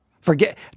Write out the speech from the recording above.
Forget